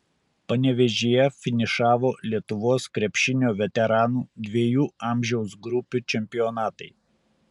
panevėžyje finišavo lietuvos krepšinio veteranų dviejų amžiaus grupių čempionatai